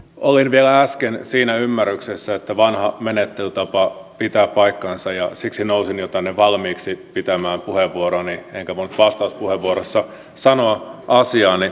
olin vielä äsken siinä ymmärryksessä että vanha menettelytapa pitää paikkansa ja siksi nousin jo tänne valmiiksi pitämään puheenvuoroani enkä voinut vastauspuheenvuorossani sanoa asiaani